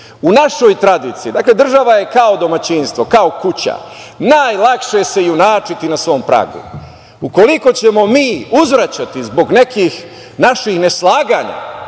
našoj tradiciji, dakle država je kao domaćinstvo, kao kuća, najlakše se junačiti na svom pragu. Ukoliko ćemo mi uzvraćati zbog nekih naših neslaganja